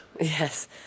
Yes